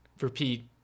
Repeat